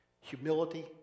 humility